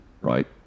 right